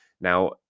Now